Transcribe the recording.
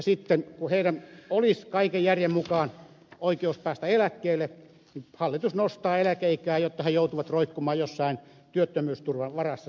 sitten kun heidän olisi kaiken järjen mukaan oikeus päästä eläkkeelle niin hallitus nostaa eläkeikää jotta he joutuvat roikkumaan työttömyysturvan varassa